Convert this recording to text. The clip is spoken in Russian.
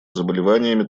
заболеваниями